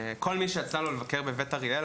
כל מי שיצא לו לבקר בבית אריאל,